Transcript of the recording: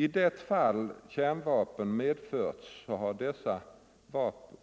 I de fall kärnvapen medförts har dessa